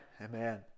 amen